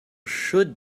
should